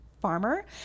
farmer